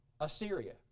Assyria